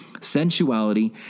Sensuality